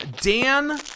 Dan